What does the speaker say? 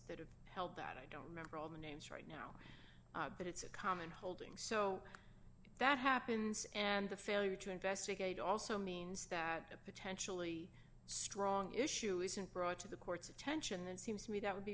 that have held that i don't remember all the names right but it's a common holding so that happens and the failure to investigate also means that a potentially strong issue isn't brought to the court's attention and seems to me that would be